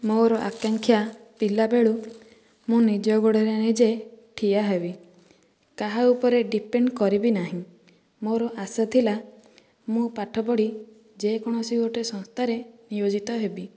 ମୋର ଆକାଂକ୍ଷା ପିଲାବେଳୁ ମୁଁ ନିଜ ଗୋଡ଼ରେ ନିଜେ ଠିଆ ହେବି କାହା ଉପରେ ଡିପେଣ୍ଡ କରିବି ନାହିଁ ମୋର ଆଶା ଥିଲା ମୁଁ ପାଠ ପଢ଼ି ଯେକୌଣସି ଗୋଟିଏ ସଂସ୍ଥାରେ ନିୟୋଜିତ ହେବି